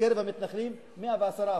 בקרב המתנחלים 110%,